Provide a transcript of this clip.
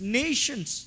nations